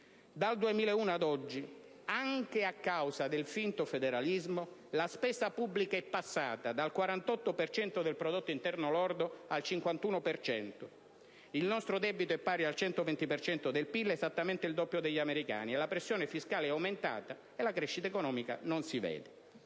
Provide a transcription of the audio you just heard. Dal 2001 ad oggi, anche a causa del finto federalismo, la spesa pubblica è passata dal 48 per cento del prodotto interno lordo al 51 per cento. Il nostro debito è pari al 120 per cento del PIL, esattamente il doppio degli americani. La pressione fiscale è aumentata, e la crescita economica non si vede.